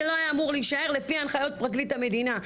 זה לא היה אמור להישאר לפי הנחיות פרקליט המדינה.